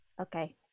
Okay